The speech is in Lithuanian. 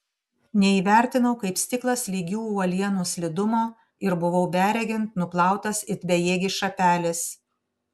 neįvertinau kaip stiklas lygių uolienų slidumo ir buvau beregint nuplautas it bejėgis šapelis